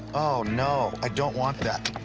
oh no. i don't want that.